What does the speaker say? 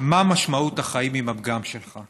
מה משמעות החיים עם הפגם שלך.